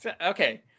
Okay